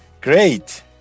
Great